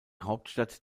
hauptstadt